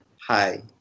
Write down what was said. hi